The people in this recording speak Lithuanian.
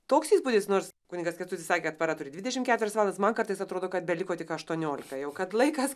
toks įspūdis nors kunigas kęstutis sakė kad para turi dvidešim keturias valandas man kartais atrodo kad beliko tik aštuoniolika jau kad laikas